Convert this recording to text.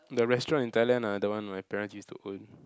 the restaurant in Thailand ah the one my parents used to own